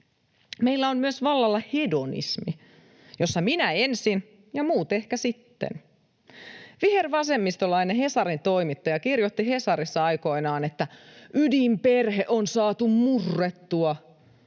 Meillä on myös vallalla hedonismi, jossa minä ensin ja muut ehkä sitten. Vihervasemmistolainen Hesarin toimittaja kirjoitti Hesarissa aikoinaan, että ydinperhe on saatu murrettua.